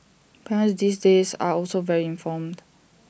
parents these days are also very informed